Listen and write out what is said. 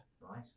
Right